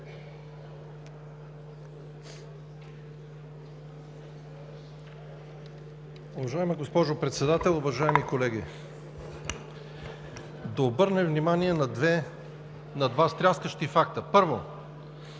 Уважаема госпожо Председател, уважаеми колеги! Да обърнем внимание на два стряскащи факта. Първо,